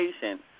patient